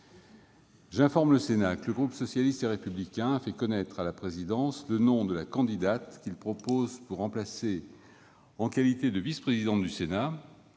J'informe le Sénat que le groupe socialiste et républicain a fait connaître à la présidence le nom de la candidate qu'il propose pour remplacer, en qualité de vice-présidente du Sénat,